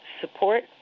support